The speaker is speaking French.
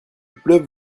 pleuve